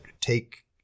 take